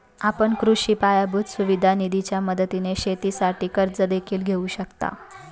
आपण कृषी पायाभूत सुविधा निधीच्या मदतीने शेतीसाठी कर्ज देखील घेऊ शकता